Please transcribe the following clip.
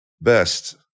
best